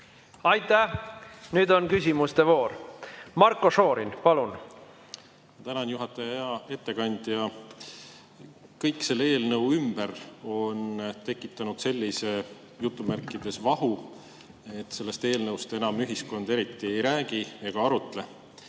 Aitäh! Nüüd on küsimuste voor. Marko Šorin, palun! Tänan, juhataja! Hea ettekandja! Kõik selle eelnõu ümber on tekitanud sellise jutumärkides vahu, et sellest eelnõust enam ühiskond eriti ei räägi ega arutle.